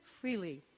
freely